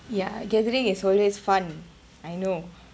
ya gathering is always fun I know